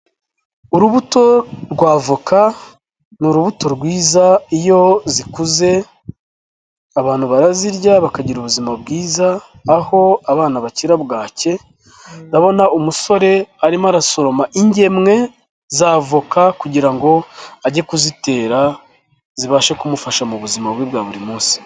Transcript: Urubuto rw'avoka ni urubuto rwiza iyo zikuze abantu barazirya bakagira ubuzima bwiza, aho abana bakira bwake, ndabona umusore arimo arasoroma ingemwe z'avoka kugira ngo ajye kuzitera zibashe kumufasha mu buzima bwe bwa buri munsi.